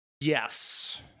Yes